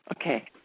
okay